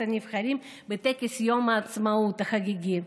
הנבחרים בטקס יום העצמאות החגיגי.